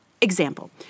Example